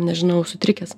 nežinau sutrikęs